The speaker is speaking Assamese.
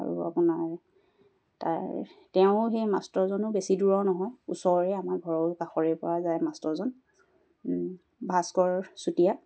আৰু আপোনাৰ তাৰ তেওঁ সেই মাষ্টৰজনো বেছি দূৰৰ নহয় ওচৰৰে আমাৰ ঘৰৰ কাষৰে পৰা যায় মাষ্টৰজন ভাস্কৰ চুতীয়া